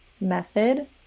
method